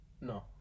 No